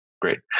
Great